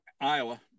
Iowa